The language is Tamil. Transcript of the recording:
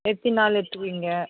எத்தினி நாள் எடுத்துக்குவீங்க